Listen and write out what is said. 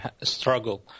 struggle